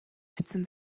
очсон